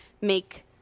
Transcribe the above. make